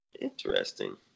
interesting